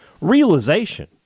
realization